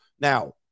Now